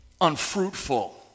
unfruitful